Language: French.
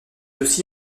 aussi